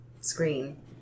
screen